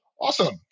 Awesome